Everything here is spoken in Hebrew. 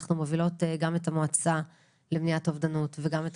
אנחנו מובילות גם את המועצה למניעת אובדנות וגם את